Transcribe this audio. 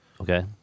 Okay